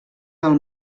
del